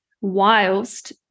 whilst